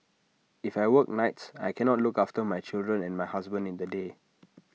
if I work nights I cannot look after my children and my husband in the day